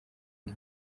ngo